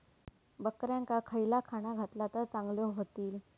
बकऱ्यांका खयला खाणा घातला तर चांगल्यो व्हतील?